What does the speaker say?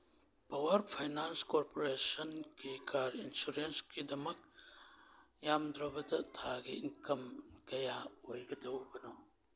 power finance ꯀꯣꯔꯄꯣꯔꯦꯁꯟꯒꯤ car ꯏꯟꯁꯨꯔꯦꯟꯁꯀꯤꯗꯃꯛ ꯌꯥꯝꯗ꯭ꯔꯕꯗ ꯊꯥꯒꯤ ꯏꯟꯀꯝ ꯀꯌꯥ ꯑꯣꯏꯒꯗꯧꯕꯅꯣ